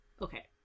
okay